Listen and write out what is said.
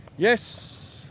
yes